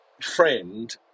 friend